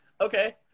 Okay